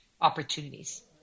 opportunities